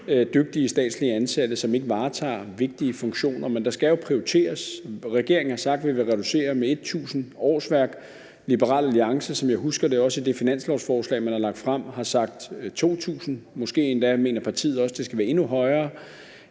dygtige statsligt ansatte, som ikke varetager vigtige funktioner, men der skal jo prioriteres. Regeringen har sagt, at vi vil reducere med 1.000 årsværk. Liberal Alliance, som jeg husker det, også i det finanslovsforslag, man har lagt frem, har sagt 2.000 årsværk, og måske mener partiet endda, at det skal være endnu højere.